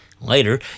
Later